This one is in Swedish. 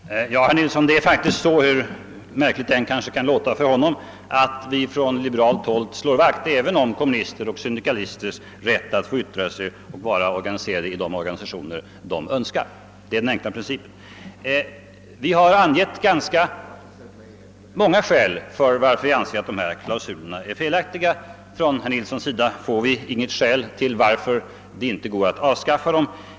Herr talman! Ja, herr Nilsson, det är faktiskt så, hur märkligt det än kan låta för honom, att vi från liberalt håll slår vakt även om kommunisters och syndikalisters rätt att få yttra sig och vara organiserade i de organisationer de önskar. Det är den enkla principen. Vi har angett många skäl för att vi anser att dessa klausuler är felaktiga. Från herr Nilssons sida får vi inga skäl till att det inte skulle gå att avskaffa dem.